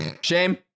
Shame